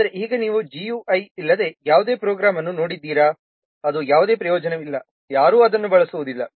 ಆದರೆ ಈಗ ನೀವು GUI ಇಲ್ಲದೆ ಯಾವುದೇ ಪ್ರೋಗ್ರಾಂ ಅನ್ನು ನೋಡಿದ್ದೀರಾ ಅದು ಯಾವುದೇ ಪ್ರಯೋಜನವಿಲ್ಲ ಯಾರೂ ಅದನ್ನು ಬಳಸುವುದಿಲ್ಲ